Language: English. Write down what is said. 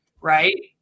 right